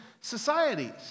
societies